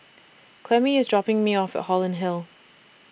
Clemmie IS dropping Me off At Holland Hill